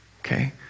Okay